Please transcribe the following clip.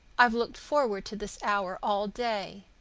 i've looked forward to this hour all day.